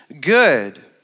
good